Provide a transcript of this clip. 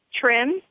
trim